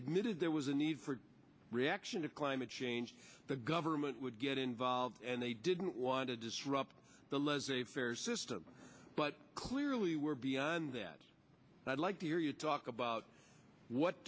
admitted there was a need for a reaction of climate change the government would get involved and they didn't want to disrupt the laissez faire system but clearly we're beyond that i'd like to hear you talk about what